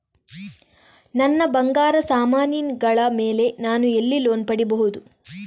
ನನ್ನ ಬಂಗಾರ ಸಾಮಾನಿಗಳ ಮೇಲೆ ನಾನು ಎಲ್ಲಿ ಲೋನ್ ಪಡಿಬಹುದು?